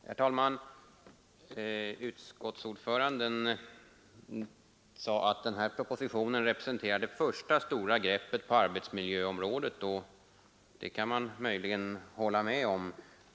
Herr talman! Utskottsordföranden sade att den här propositionen representerar det första stora greppet på arbetsmiljöområdet, och det kan man möjligen hålla med om.